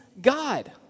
god